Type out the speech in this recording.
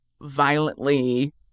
violently